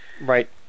Right